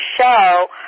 show